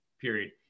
period